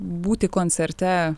būti koncerte